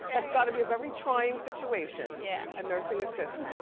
that's gotta be a very trying situation. yeah. a nursing assistant.